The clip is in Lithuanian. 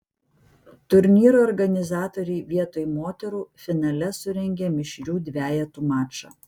turnyro organizatoriai vietoj moterų finale surengė mišrių dvejetų mačą